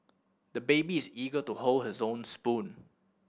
the baby is eager to hold his own spoon